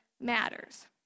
matters